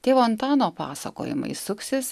tėvo antano pasakojimai suksis